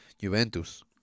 juventus